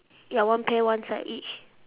ya one pair one side each